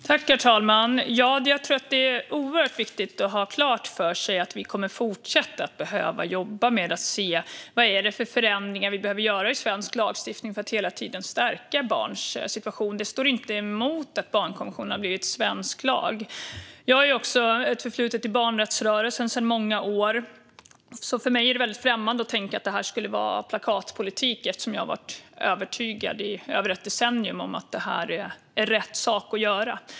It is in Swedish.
Herr talman! Jag tror att det är oerhört viktigt att ha klart för sig att vi kommer att behöva fortsätta jobba med att se vilka förändringar som vi behöver göra i svensk lagstiftning för att hela tiden stärka barns situation. Det står inte emot att barnkonventionen har blivit svensk lag. Jag har sedan många år ett förflutet i barnrättsrörelsen. För mig är det väldigt främmande att tänka att detta skulle vara plakatpolitik, eftersom jag har varit övertygad i över ett decennium om att detta är rätt sak att göra.